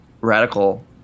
radical